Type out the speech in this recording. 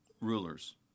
rulers